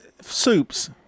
soups